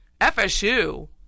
FSU